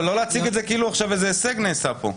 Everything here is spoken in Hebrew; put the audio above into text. לא להציג את זה עכשיו כאילו איזה הישג נעשה פה.